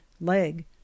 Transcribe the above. leg